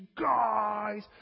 guys